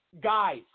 Guys